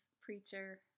preacher